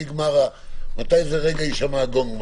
מתי רגע הישמע הגונג?